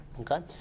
okay